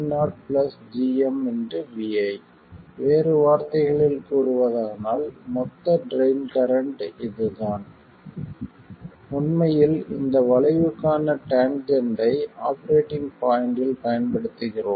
ID ID0 gm vi வேறு வார்த்தைகளில் கூறுவதானால் மொத்த ட்ரைன் கரண்ட் இதுதான் உண்மையில் இந்த வளைவுக்கான டேன்ஜென்ட்டை ஆபரேட்டிங் பாயிண்ட்டில் பயன்படுத்துகிறோம்